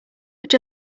would